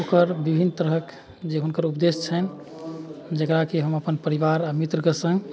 ओकर विभिन्न तरहक जे हुनकर उपदेश छनि जेकरा की हम अपन परिवार आ मित्रके सङ्ग